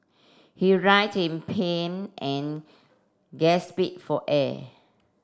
he writhed in pain and for air